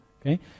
Okay